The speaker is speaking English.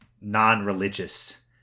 non-religious